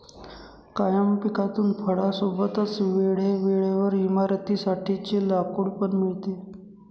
कायम पिकातून फळां सोबतच वेळे वेळेवर इमारतीं साठी चे लाकूड पण मिळते